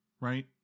right